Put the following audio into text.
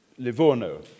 Livorno